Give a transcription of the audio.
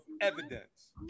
evidence